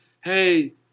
hey